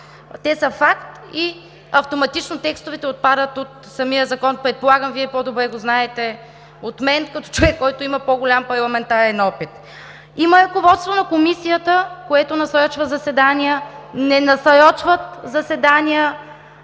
Те са факт и автоматично текстовете отпадат от самия закон. Предполагам, Вие по-добре го знаете от мен, като човек, който има по-голям парламентарен опит. Има ръководство на Комисията, което насрочва заседания. Не насрочват заседания